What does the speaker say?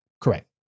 Correct